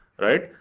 right